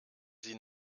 sie